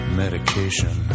medication